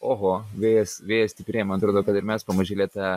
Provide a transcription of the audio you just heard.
oho vėjas vėjas stiprėja man atrodo kad ir mes pamažėle tą